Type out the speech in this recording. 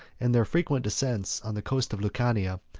and the frequent descents on the coast of lucania,